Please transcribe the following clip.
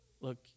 look